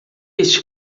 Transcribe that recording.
este